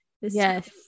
Yes